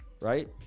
right